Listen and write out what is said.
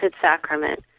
Sacrament